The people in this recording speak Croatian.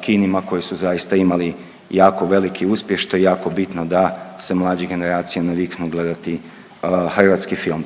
kinima koji su zaista imali jako veliki uspjeh što je jako bitno da se mlađe generacije naviknu gledati hrvatski film.